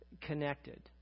connected